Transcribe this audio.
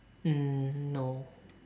mm no